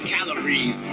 Calories